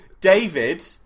David